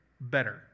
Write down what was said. better